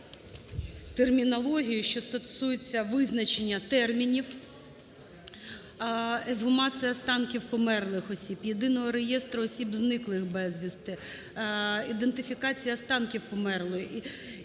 термінологію, що стосується визначення термінів "ексгумація останків померлих осіб", "єдиного реєстру осіб, зниклих безвісти", "ідентифікація останків померлих",